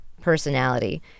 personality